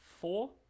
four